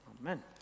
amen